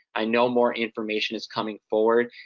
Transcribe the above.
i know more information is coming forward.